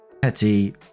Petty